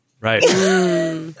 Right